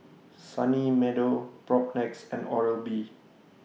Sunny Meadow Propnex and Oral B